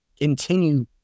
continue